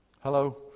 Hello